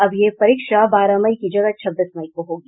अब यह परीक्षा बारह मई की जगह छब्बीस मई को होगी